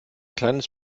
kleines